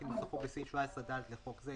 כנוסחו בסעיף 17ד לחוק זה,